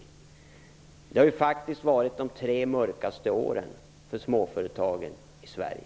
Det har ju faktiskt varit de tre mörkaste åren för småföretagen i Sverige.